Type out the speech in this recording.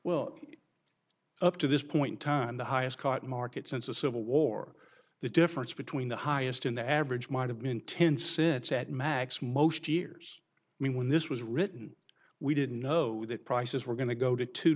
well up to this point time the highest cotton market since the civil war the difference between the highest in the average might have been ten sits at max most years i mean when this was written we didn't know that prices were going to go to two